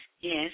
Yes